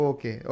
Okay